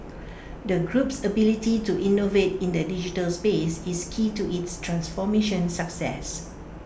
the group's ability to innovate in the digital space is key to its transformation success